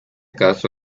caso